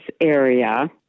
area